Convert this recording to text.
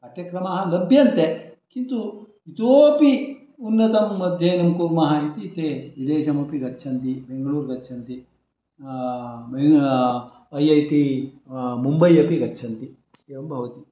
पाठ्यक्रमाः लभ्यन्ते किन्तु इतोपि उन्नतम् अध्ययनं कुर्मः इति ते विदेशमपि गच्छन्ति बेङ्गलूर् गच्छन्ति ऐ ऐ टि मुम्बै अपि गच्छन्ति एवं भवति